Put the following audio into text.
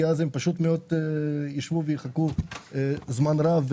כי אז הם פשוט מאוד ישבו ויחכו זמן רב.